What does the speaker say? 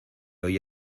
hoy